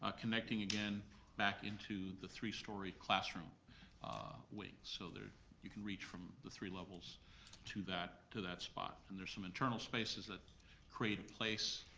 ah connecting again back into the three story classroom wing, so you can reach from the three levels to that to that spot, and there's some internal spaces that create a place